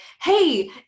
hey